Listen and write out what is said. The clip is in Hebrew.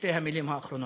בשתי המילים האחרונות.